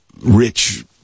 rich